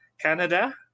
Canada